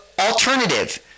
alternative